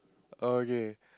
oh okay